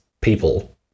people